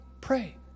pray